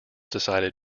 decided